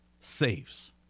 saves